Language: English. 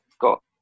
got